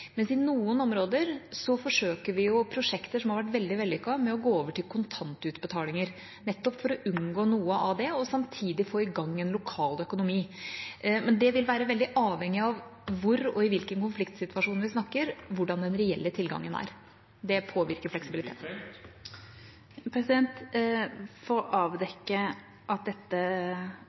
I noen områder forsøker vi prosjekter med å gå over til kontantutbetalinger, som har vært veldig vellykkede, nettopp for å unngå noe av det og samtidig få i gang en lokal økonomi. Men hvordan den reelle tilgangen er, vil være veldig avhengig av hvor og hvilken konfliktsituasjon vi snakker om. Det påvirker fleksibiliteten. For å avdekke at